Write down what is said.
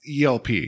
ELP